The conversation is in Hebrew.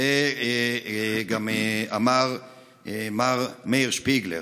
את זה אמר גם מר מאיר שפיגלר,